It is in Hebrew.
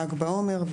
ל"ג בעומר,